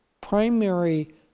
primary